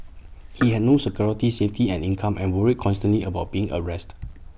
he had no security safety and income and worried constantly about being arrested